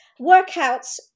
Workouts